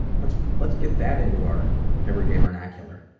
let's let's get that into our everyday vernacular.